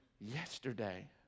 yesterday